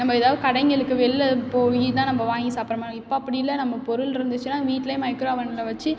நம்ம ஏதாவது கடைங்களுக்கு வெளில போய் தான் நம்ம வாங்கி சாப்புடுற மாதிரி இப்போ அப்படி இல்லை நம்ம பொருள்ருந்துச்சுனா வீட்லேயே மைக்ரோஅவனில் வெச்சு